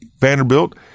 Vanderbilt